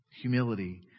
Humility